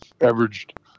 averaged